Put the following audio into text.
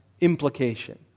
implication